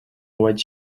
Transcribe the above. white